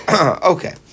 Okay